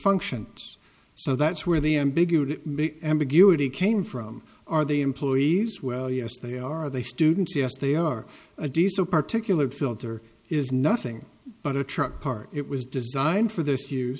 functions so that's where the ambiguity ambiguity came from are they employees well yes they are they students yes they are a decent particularly filter is nothing but a truck park it was designed for th